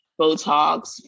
Botox